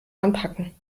anpacken